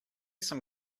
some